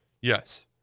yes